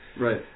Right